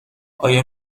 آیا